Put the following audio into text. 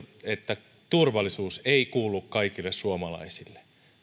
että turvallisuus ei kuulu kaikille suomalaisille